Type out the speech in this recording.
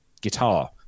guitar